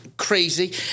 crazy